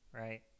right